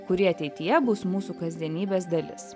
kurie ateityje bus mūsų kasdienybės dalis